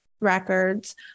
records